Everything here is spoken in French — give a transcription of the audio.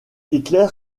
hitler